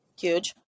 Huge